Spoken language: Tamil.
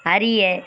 அறிய